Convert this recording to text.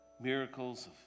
Miracles